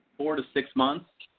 four to six months.